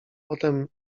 potem